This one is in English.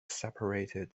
separated